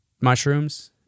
mushrooms